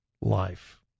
life